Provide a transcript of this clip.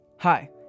Hi